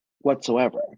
Whatsoever